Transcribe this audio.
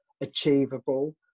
achievable